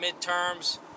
midterms